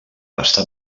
està